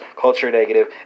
culture-negative